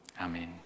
amen